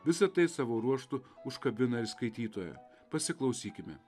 visa tai savo ruožtu užkabina ir skaitytoją pasiklausykime